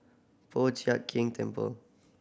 Po Chiak Keng Temple